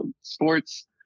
Sports